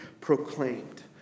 proclaimed